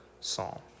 psalm